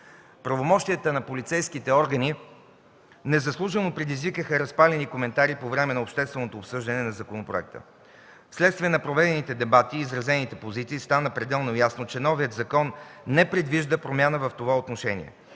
Правомощията на полицейските органи незаслужено предизвикаха разпалени коментари по време на общественото обсъждане на законопроекта. Вследствие на проведените дебати и изразените позиции стана пределно ясно, че новият закон не предвижда промяна в това отношение,